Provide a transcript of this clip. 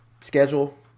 schedule